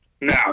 No